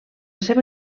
seva